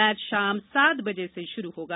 match शाम सात बजे से शुरू होगा